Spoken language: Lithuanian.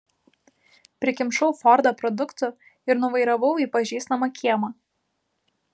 prikimšau fordą produktų ir nuvairavau į pažįstamą kiemą